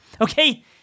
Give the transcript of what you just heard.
okay